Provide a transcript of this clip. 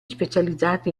specializzati